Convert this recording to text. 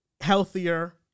healthier